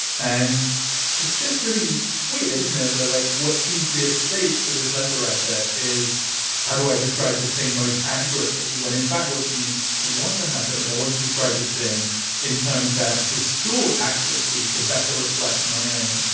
and it's just really weird, isn't it, that like what seems to be at stake for this lesser rights ah is how do i describe this thing most accurately when in fact, what seems to want to happen is i want to describe this thing in terms that distort accuracy to better reflect my own,